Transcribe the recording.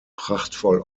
prachtvoll